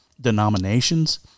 denominations